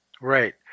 Right